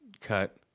cut